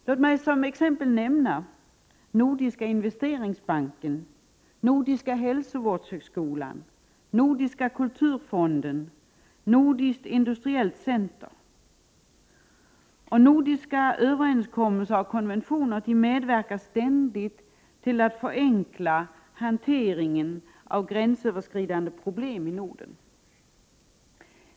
Låt mig som exempel nämna Nordiska investeringsbanken, Nordiska hälsovårdshögskolan, Nordiska kulturfonden, Nordiskt industriellt center. Nordiska överenskommelser och konventioner medverkar ständigt till att förenkla hanteringen av gränsöverskridande problem i Norden.